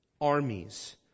armies